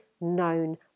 known